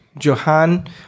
Johan